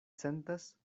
sentas